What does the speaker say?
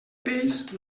peix